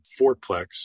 fourplex